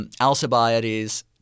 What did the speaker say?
Alcibiades